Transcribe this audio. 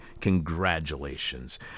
congratulations